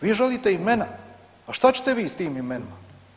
Vi želite imena, pa šta ćete vi s tim imenima?